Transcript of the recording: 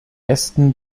aston